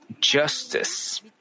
justice